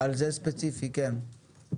על זה ספציפי, כן.